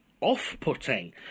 off-putting